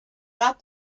got